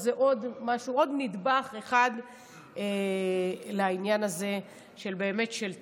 אז זה עוד נדבך אחד לעניין הזה של תקנות